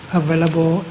available